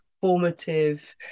formative